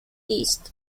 east